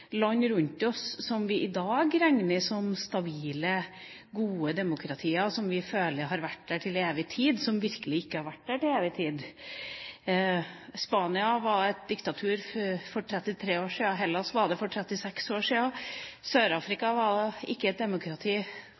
land rundt oss, som vi i dag regner som stabile, gode demokratier, som vi føler har vært det til evig tid, virkelig ikke har vært det til evig tid. Spania var et diktatur for 33 år siden. Hellas var det for 36 år siden. Sør-Afrika har ikke vært et demokrati